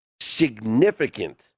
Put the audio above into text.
significant